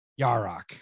Yarok